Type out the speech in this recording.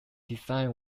design